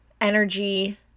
energy